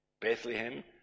Bethlehem